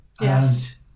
yes